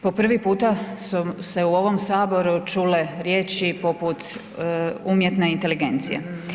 Po prvi puta su se u ovom saboru čule riječi poput „umjetna inteligencija“